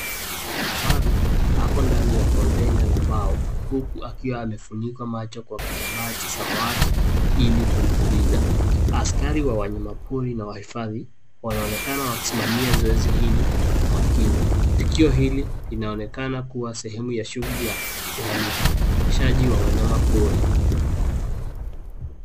Kifaru ako ndani ya kontena la mbao huku akiwa amefunikwa macho kwa kitambaa cha samawati ili kumtuliza. Askari wa wanyamapori na wahifadhi wanaonekana wakisimamia zoezi hili kwa makini. Tukio hili linaonekana kuwa sehemu ya shughuli ya uhamsishaji ya wanyamapori.